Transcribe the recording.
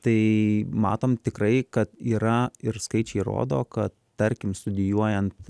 tai matom tikrai kad yra ir skaičiai rodo kad tarkim studijuojant